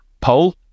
poll